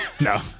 No